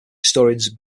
historians